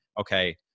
okay